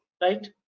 right